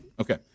Okay